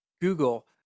Google